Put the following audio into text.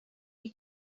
ich